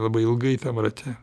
labai ilgai tam rate